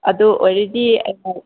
ꯑꯗꯨ ꯑꯣꯏꯔꯗꯤ ꯑꯩꯈꯣꯏ